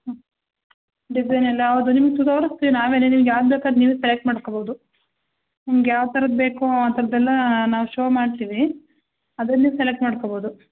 ಹ್ಞೂ ಡಿಸೈನ್ ಎಲ್ಲ ಹೌದು ನಿಮ್ಗ ತೊರ್ಸ್ತೀನಿ ಆಮೇಲೆ ನಿಮ್ಗ ಯಾವ್ದು ಬೇಕು ಅದು ನೀವೇ ಸೆಲೆಕ್ಟ್ ಮಾಡ್ಕೋಬೌದು ನಿಮ್ಗ ಯಾವ ಥರದ್ದು ಬೇಕೋ ಆ ಥರದ್ದೆಲ್ಲ ನಾವು ಶೋ ಮಾಡ್ತೀವಿ ಅದನ್ನೇ ಸೆಲೆಕ್ಟ್ ಮಾಡ್ಕೋಬೌದು